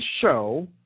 show